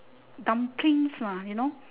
dumplings lah you know